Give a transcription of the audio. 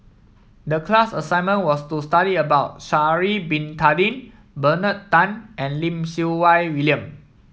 the class assignment was to study about Sha'ari Bin Tadin Bernard Tan and Lim Siew Wai William